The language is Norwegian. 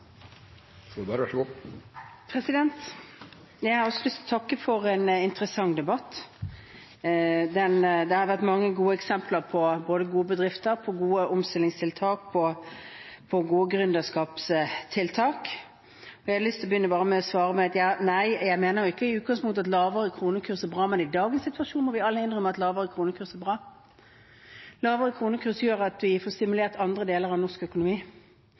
både gode bedrifter, gode omstillingstiltak og gode gründerskapstiltak. Jeg har lyst til å begynne med bare å svare at nei, jeg mener i utgangspunktet ikke at lavere kronekurs er bra, men i dagens situasjon må vi alle innrømme at lavere kronekurs er bra. Lavere kronekurs gjør at vi får stimulert andre deler av norsk økonomi,